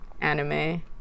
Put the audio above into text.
anime